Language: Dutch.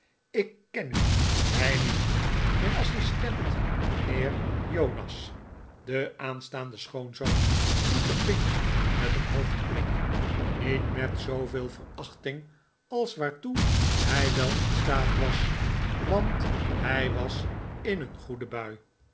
ik ken u hij niet mijn assistent mijnheer jonas de aanstaande schoonzoon groette pinch met een hoofdknik niet met zooveel verachting als waartoe hij wel in staat was want hij was in een goede bui